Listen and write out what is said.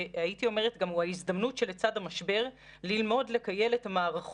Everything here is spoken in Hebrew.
מה ההבדל בין העמודה הראשונה לשנייה ומה אנחנו יכולים לגזור מעמודה אחת